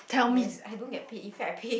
yes I don't get paid in fact I pay